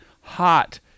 hot –